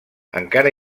encara